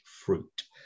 fruit